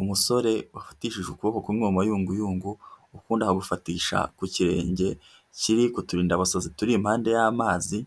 Umusore wafatishije ukuboko kumwe mu mayunguyungu, ukundi akugufatisha ku kirenge kiri kuturindabasazi turi impande y'amazi,